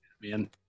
man